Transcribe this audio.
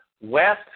West